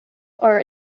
are